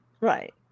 right